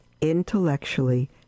intellectually